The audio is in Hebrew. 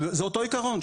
זה אותו עיקרון.